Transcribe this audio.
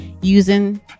using